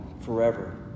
forever